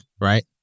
right